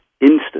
instant